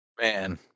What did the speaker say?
Man